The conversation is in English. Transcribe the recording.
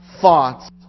thoughts